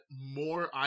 more